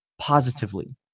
positively